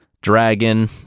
Dragon